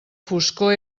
foscor